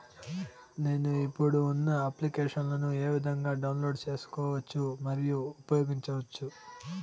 నేను, ఇప్పుడు ఉన్న అప్లికేషన్లు ఏ విధంగా డౌన్లోడ్ సేసుకోవచ్చు మరియు ఉపయోగించొచ్చు?